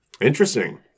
Interesting